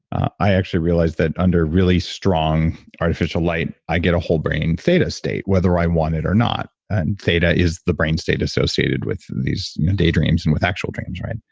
i actually realized that under really strong artificial light, i get a whole brain theta state, whether i want it or not. and theta is the brain state associated with these daydreams and with actual dreams, right?